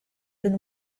been